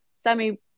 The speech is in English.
semi